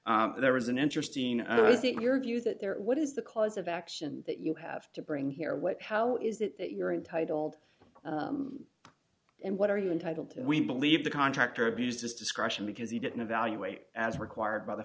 there was an interesting and i think your view that there what is the cause of action that you have to bring here what how is it that you're entitled and what are you entitled to we believe the contractor abused his discretion because he didn't evaluate as required by the